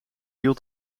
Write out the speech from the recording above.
wiel